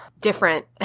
different